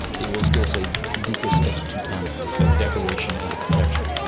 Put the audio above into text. it will still say decus et tutamen, ah a decoration and a protection,